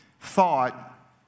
thought